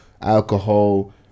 alcohol